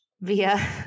via